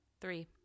three